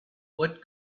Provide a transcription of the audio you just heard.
what